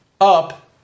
up